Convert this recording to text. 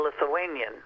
Lithuanian